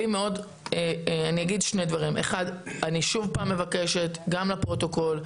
אני עוד פעם מבקשת גם לפרוטוקול,